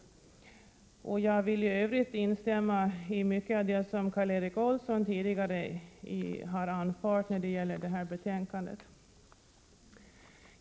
Jag vill i övrigt instämma i mycket av det som Karl Erik Olsson tidigare anfört när det gäller detta betänkande.